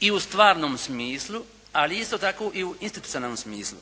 i u stvarnom smislu ali isto tako i u institucionalnom smislu.